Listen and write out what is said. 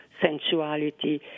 sensuality